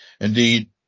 indeed